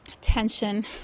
tension